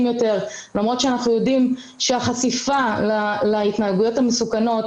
יותר למרות שאנחנו יודעים שהחשיפה להתנהגויות המסוכנות,